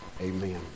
amen